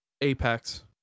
Apex